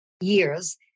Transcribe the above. years